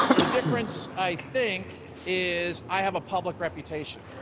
the difference, i think, is i have a public reputation.